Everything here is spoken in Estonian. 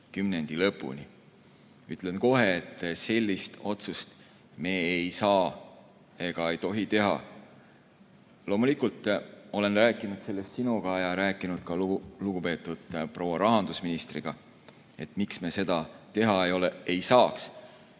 kümnendi lõpuni. Ütlen kohe, et sellist otsust me ei saa ega tohi teha. Loomulikult olen rääkinud sinuga ja ka lugupeetud proua rahandusministriga, miks me seda teha ei tohi, ja